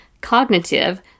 cognitive